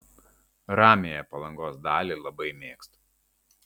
ramiąją palangos dalį labai mėgstu